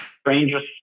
strangest